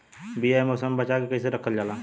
बीया ए मौसम में बचा के कइसे रखल जा?